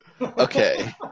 Okay